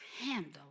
handle